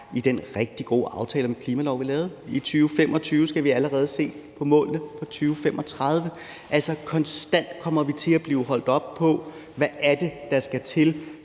i den rigtig gode aftale om klimaloven, vi lavede. I 2025 skal vi allerede se på målene for 2035. Altså, konstant kommer vi til at blive holdt op på, hvad det er, der skal til,